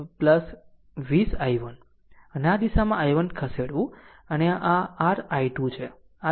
અને આ દિશામાં i1 ખસેડવું અને આ r i2 છે